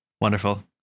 wonderful